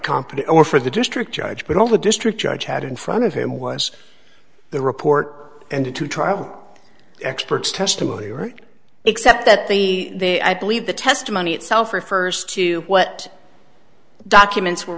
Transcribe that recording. company or for the district judge but all the district judge had in front of him was the report and to travel experts testimony right except that the i believe the testimony itself refers to what documents were